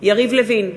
יריב לוין,